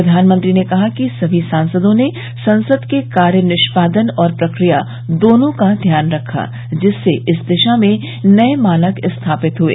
प्रधानमंत्री ने कहा कि सभी सांसदों ने संसद के कार्य निष्पादन और प्रक्रिया दोनों का ध्यान रखा जिससे इस दिशा में नये मानक स्थापित हुए